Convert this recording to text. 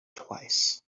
twice